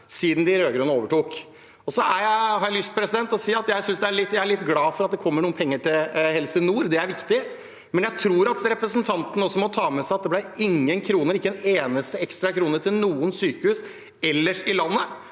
siden de rød-grønne overtok. Jeg har lyst til å si at jeg er litt glad for at det kommer noen penger til Helse nord, det er viktig, men jeg tror at representanten også må ta med seg at det ikke ble en eneste ekstra krone til noen sykehus ellers i landet.